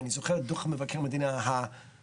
אני זוכר דוח מבקר המדינה המפורסם,